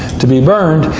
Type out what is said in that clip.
to be burned.